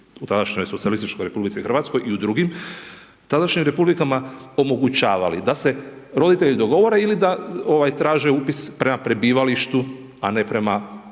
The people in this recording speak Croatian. u tadašnjoj socijalističkoj RH i u drugim tadašnjim republikama omogućavali da se roditelji dogovore ili da traže upis prema prebivalištu, a ne prema